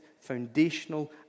foundational